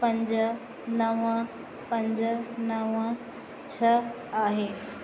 पंज नव पंज नव छह आहे